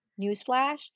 newsflash